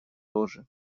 тоже